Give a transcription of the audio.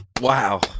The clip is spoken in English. wow